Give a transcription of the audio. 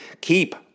Keep